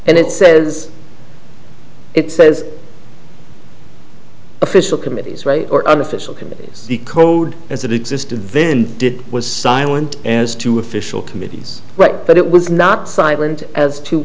and it says it says official committees write or unofficial committees the code as it existed then did was silent as to official committees right but it was not silent as to